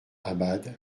abad